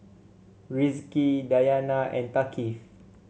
Rizqi Dayana and Thaqif